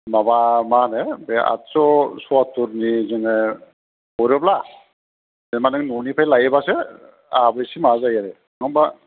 माबा माहोनो आदस'सवाथुरनि जोङो हरोब्ला जेनबा नों ननिफ्राइ लायो बासो आहाबो एसे माबा जायो आरो नंबा